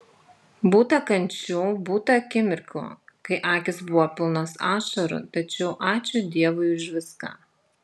būta kančių būta akimirkų kai akys buvo pilnos ašarų tačiau ačiū dievui už viską